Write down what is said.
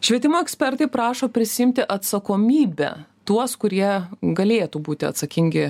švietimo ekspertai prašo prisiimti atsakomybę tuos kurie galėtų būti atsakingi